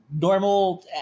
normal